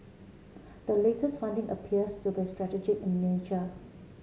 the latest funding appears to be strategy in nature